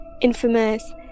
infamous